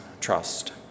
Trust